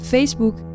Facebook